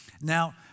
Now